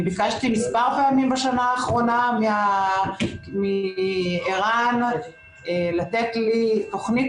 ביקשתי מספר פעמים בשנה האחרונה מערן גלובוס לתת לי תוכנית